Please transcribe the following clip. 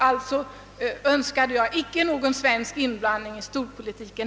Alltså önskar jag icke någon svensk inblandning i storpolitiken.»